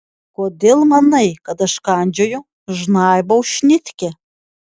kodėl manai kad aš kandžioju žnaibau šnitkę